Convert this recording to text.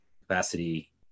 capacity